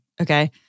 Okay